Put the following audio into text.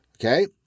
Okay